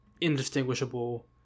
indistinguishable